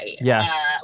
yes